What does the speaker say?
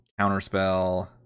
Counterspell